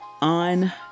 On